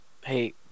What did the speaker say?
Hey